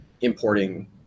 importing